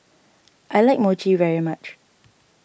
I like Mochi very much